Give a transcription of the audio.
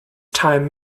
time